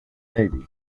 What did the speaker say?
navy